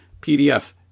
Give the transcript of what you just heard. PDF